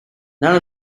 none